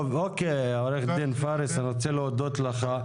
טוב, עו"ד פארס, אני רוצה להודות לך.